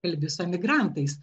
kalbi su emigrantais